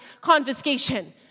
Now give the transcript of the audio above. confiscation